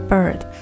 Bird